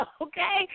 okay